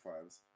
fives